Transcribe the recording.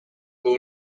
new